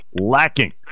lacking